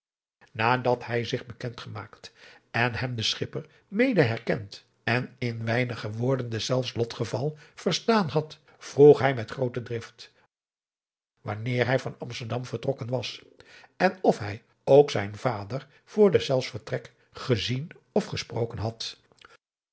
nadat hij zich bekend gemaakt en hem de schipper mede herkend en in weinige woorden deszelfs lotgeval verstaan had vroeg hij met groote drift wanneer hij van amsterdam vertrokken was en of hij ook zijn vader voor deszelfs vertrek gezien of gesproken had